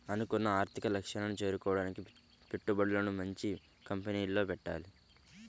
అనుకున్న ఆర్థిక లక్ష్యాలను చేరుకోడానికి పెట్టుబడులను మంచి కంపెనీల్లో పెట్టాలి